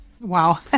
Wow